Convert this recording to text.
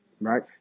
Right